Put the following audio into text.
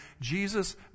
Jesus